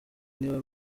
niwe